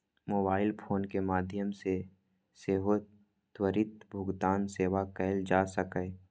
mobile phone के माध्यम सं सेहो त्वरित भुगतान सेवा कैल जा सकैए